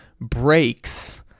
breaks